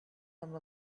from